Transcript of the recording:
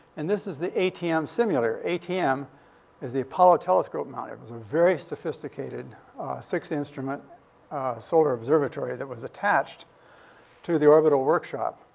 and this is the atm simulator. atm is the apollo telescope mount. it was a very sophisticated six instrument solar observatory that was attached to the orbital workshop.